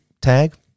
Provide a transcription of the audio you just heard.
tag